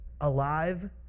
alive